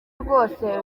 rwose